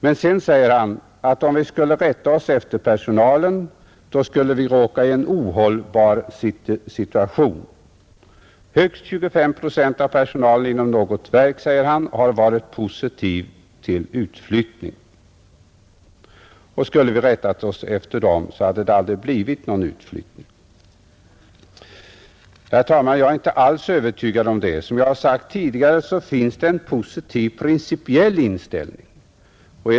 Men sedan säger han att om vi skulle rätta oss efter personalen, skulle vi råka i en ohållbar situation. Högst 25 procent av personalen inom något verk, säger han, har varit positiv till utflyttningen. Skulle vi rättat oss efter de anställda hade det aldrig blivit någon utflyttning. Herr talman! Jag är inte alls övertygad om det. Som jag sade tidigare finns det en positiv principiell inställning.